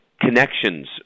connections